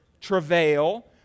Travail